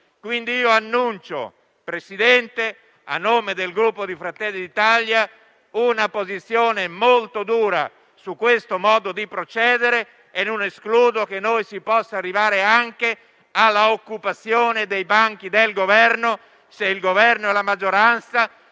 Quindi, Presidente, a nome del Gruppo Fratelli d'Italia annuncio una posizione molto dura su questo modo di procedere e non escludo che si possa arrivare anche all'occupazione dei banchi del Governo, se Governo e maggioranza